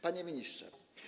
Panie Ministrze!